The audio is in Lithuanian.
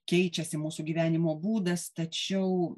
keičiasi mūsų gyvenimo būdas tačiau